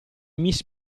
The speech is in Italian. miss